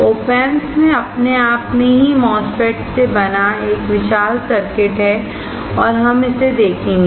OP Amps में अपने आप में ही MOSFETS से बना एक विशाल सर्किट है और हम इसे देखेंगे